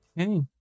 Okay